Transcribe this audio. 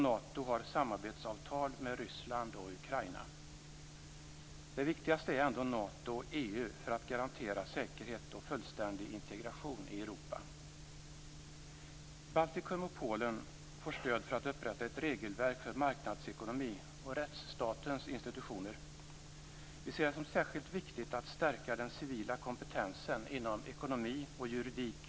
Nato har samarbetsavtal med Ryssland och Ukraina. Nato och EU är ändå det viktigaste för att garantera säkerhet och fullständig integration i Europa. Baltikum och Polen får stöd för att upprätta ett regelverk för marknadsekonomi och rättsstatens institutioner. Vi ser det som särskilt viktigt att stärka den civila kompetensen inom ekonomi och juridik.